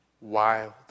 wild